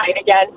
again